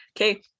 Okay